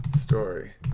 story